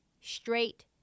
straight